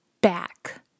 back